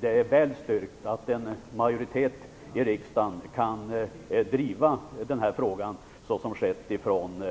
Det är väl styrkt att en majoritet i riksdagen kan driva den här frågan såsom skett från